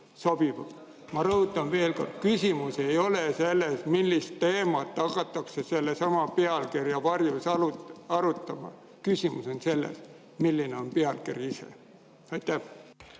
Ma rõhutan veel kord, et küsimus ei ole selles, millist teemat hakatakse sellesama pealkirja varjus arutama, vaid küsimus on selles, milline on pealkiri ise. Aitäh!